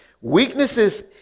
weaknesses